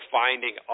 finding